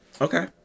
Okay